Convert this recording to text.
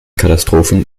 katastrophen